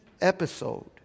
episode